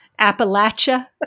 Appalachia